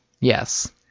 Yes